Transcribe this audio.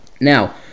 Now